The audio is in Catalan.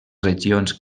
regions